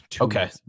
okay